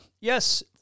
Yes